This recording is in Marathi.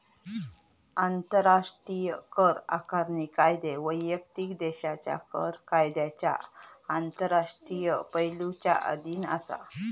आंतराष्ट्रीय कर आकारणी कायदे वैयक्तिक देशाच्या कर कायद्यांच्या आंतरराष्ट्रीय पैलुंच्या अधीन असा